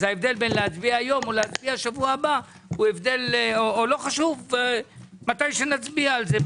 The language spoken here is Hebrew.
אז ההבדל בין להצביע היום או להצביע שבוע הבא מתי שנצביע על זה,